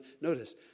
Notice